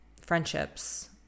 friendships